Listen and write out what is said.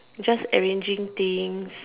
just arranging things